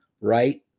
right